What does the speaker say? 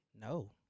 No